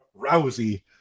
Rousey